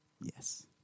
Yes